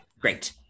Great